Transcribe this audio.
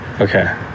okay